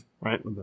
right